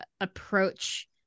approach